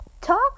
talk